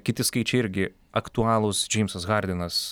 kiti skaičiai irgi aktualūs džeimsas hardinas